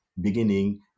beginning